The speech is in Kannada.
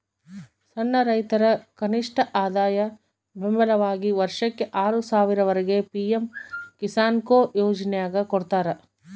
ಸಣ್ಣ ರೈತರ ಕನಿಷ್ಠಆದಾಯ ಬೆಂಬಲವಾಗಿ ವರ್ಷಕ್ಕೆ ಆರು ಸಾವಿರ ವರೆಗೆ ಪಿ ಎಂ ಕಿಸಾನ್ಕೊ ಯೋಜನ್ಯಾಗ ಕೊಡ್ತಾರ